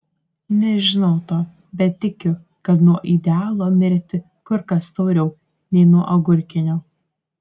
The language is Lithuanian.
nežinau to bet tikiu kad nuo idealo mirti kur kas tauriau nei nuo agurkinio